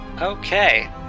Okay